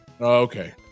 okay